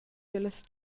dallas